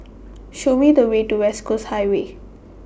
Show Me The Way to West Coast Highway